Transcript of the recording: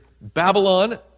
Babylon